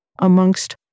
amongst